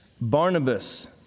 Barnabas